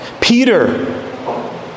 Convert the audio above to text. Peter